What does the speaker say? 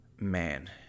Man